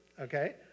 Okay